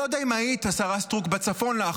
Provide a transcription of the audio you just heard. השרה סטרוק, אני לא יודע אם היית בצפון לאחרונה,